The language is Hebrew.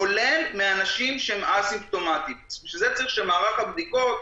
כולל מאנשים שהם א-סימפטומטיים; בשביל זה צריך שמערך הבדיקות